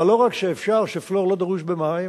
אבל לא רק שאפשר שפלואור לא דרוש במים,